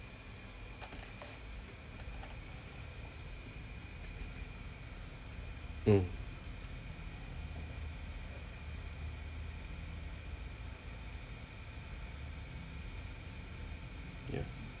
mm yeah